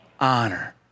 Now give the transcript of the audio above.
honor